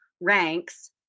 ranks